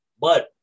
But-